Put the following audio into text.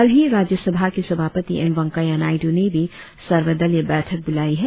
कल ही राज्यसभा के सभापति एम वेंकैया नायडू ने भी सर्वदलीय बैठक बुलाई है